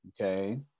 okay